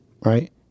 right